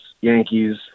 Yankees